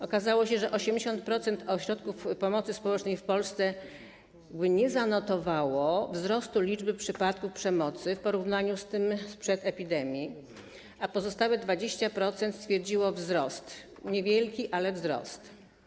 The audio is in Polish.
Okazało się, że 80% ośrodków pomocy społecznej w Polsce nie zanotowało wzrostu liczby przypadków przemocy w porównaniu z poziomem sprzed epidemii, a pozostałe 20% stwierdziło wzrost, niewielki, ale wzrost.